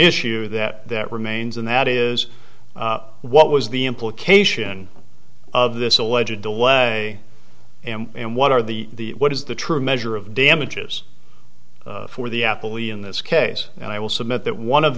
issue that that remains and that is what was the implication of this alleged away and what are the what is the true measure of damages for the apple we in this case and i will submit that one of